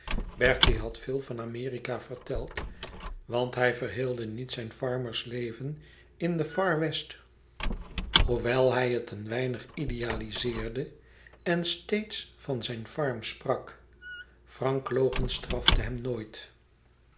bertie had veel van amerika verteld want hij verheelde niet zijn farmersleven in the far west hoewel hij het een weinig idealizeerde en steeds van zijn farm sprak frank logenstrafte hem nooit